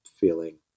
feeling